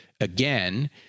again